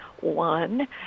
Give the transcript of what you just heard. One